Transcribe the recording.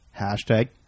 Hashtag